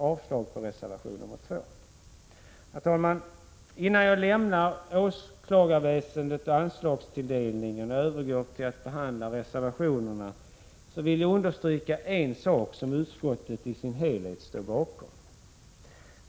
Herr talman! Innan jag lämnar åklagarväsendet och anslagstilldelningen och övergår till att behandla reservation nr 3, vill jag understryka en sak som utskottet i sin helhet står bakom.